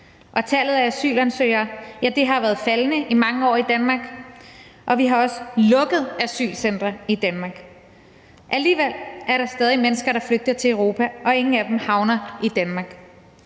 år. Tallet for asylansøgere har været faldende i mange år i Danmark, og vi har også lukket asylcentre i Danmark. Alligevel er der stadig mennesker, der flygter til Europa, og ingen af dem havner i Danmark.